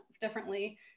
differently